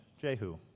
Jehu